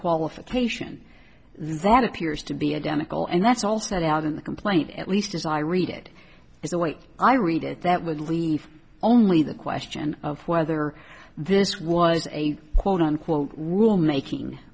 qualification that appears to be identical and that's also not in the complaint at least as i read it is the way i read it that would leave only the question of whether this was a quote unquote rule making